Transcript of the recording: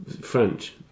French